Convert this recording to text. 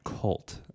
cult